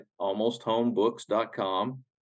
almosthomebooks.com